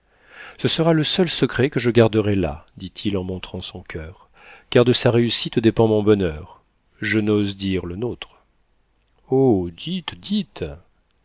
ce sera le seul secret que je garderai là dit-il en montrant son coeur car de sa réussite dépend mon bonheur je n'ose dire le nôtre